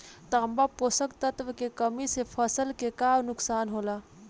तांबा पोषक तत्व के कमी से फसल के का नुकसान होला?